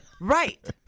Right